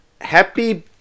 happy